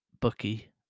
bucky